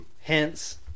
Hence